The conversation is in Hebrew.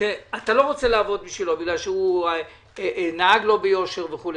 שאתה לא רוצה לעבוד בשבילו, כי נהג לא ביושר וכו'.